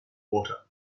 water